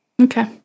Okay